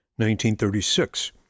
1936